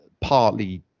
partly